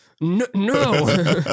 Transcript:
No